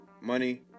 money